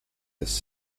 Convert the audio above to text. has